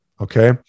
okay